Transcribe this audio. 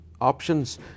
options